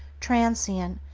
transient,